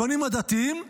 הבנים הדתיים 85%,